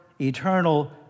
eternal